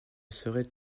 serait